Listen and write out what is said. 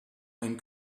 ein